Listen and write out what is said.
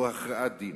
או הכרעת-דין.